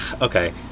Okay